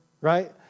right